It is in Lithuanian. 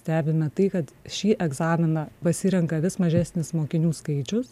stebina tai kad šį egzaminą pasirenka vis mažesnis mokinių skaičius